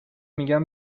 میگم